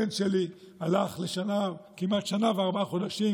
הבן שלי הלך כמעט שנה וארבעה חודשים